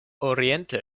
oriente